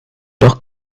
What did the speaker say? doch